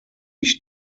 ich